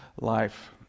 life